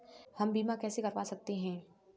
हम बीमा कैसे करवा सकते हैं?